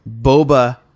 Boba